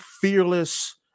fearless